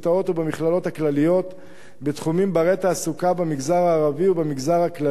ובמכללות הכלליות בתחומים בעלי תעסוקה במגזר הערבי ובמגזר הכללי,